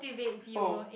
oh